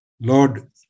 Lord